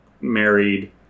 married